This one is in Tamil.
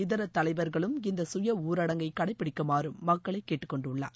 இதர தலைவர்களும் இந்த சுய கடைப்பிடிக்குமாறு மக்களை கேட்டுக்கொண்டுள்ளளனர்